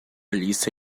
lista